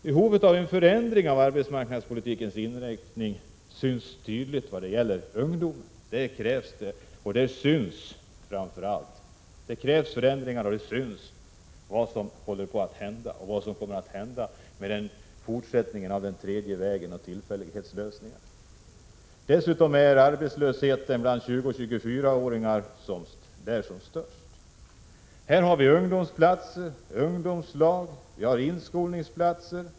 Behovet av en förändring av arbetsmarknadspolitikens inriktning syns tydligt vad gäller ungdomen. Där krävs förändringar, där syns vad som kommer att hända med en fortsättning av den tredje vägens tillfällighetslösningar. Dessutom är arbetslösheten bland 20-24-åringar som störst. Här har vi bl.a. ungdomsplatser, ungdomslag och inskolningsplatser.